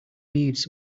leaves